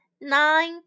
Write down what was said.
nine